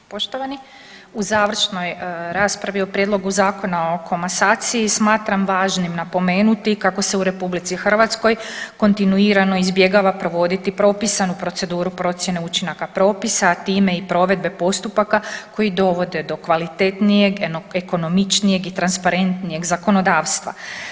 Poštovani u završnoj raspravi o Prijedlogu zakona o komasaciji smatram važnim napomenuti kako se u Republici Hrvatskoj kontinuirano izbjegava provoditi propisanu proceduru procjene učinaka propisa, a time i provedbe postupaka koji dovode do kvalitetnijeg, ekonomičnijeg i transparentnijeg zakonodavstva.